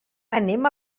anem